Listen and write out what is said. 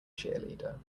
cheerleader